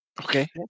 Okay